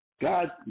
God